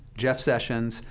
jeff sessions,